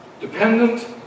dependent